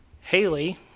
Haley